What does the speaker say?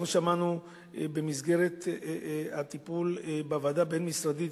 אנחנו שמענו שבמסגרת הטיפול בוועדה הבין-משרדית,